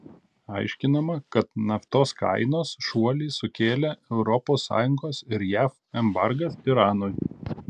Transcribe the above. aiškinama kad naftos kainos šuolį sukėlė europos sąjungos ir jav embargas iranui